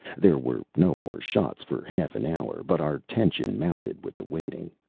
there were no more shots for half an hour. but our tension mounted with the waiting.